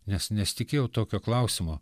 nes nesitikėjau tokio klausimo